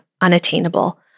unattainable